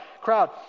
crowd